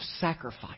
sacrifice